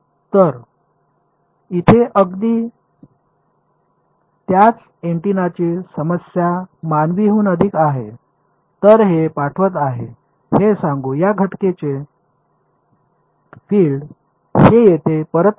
तर इथे अगदी त्याच एंटेनाची समस्या मानवी हून अधिक आहे तर हे पाठवत आहे हे सांगू या घटनेचे फिल्ड हे येथे परत करुया